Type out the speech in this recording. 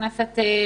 תודה.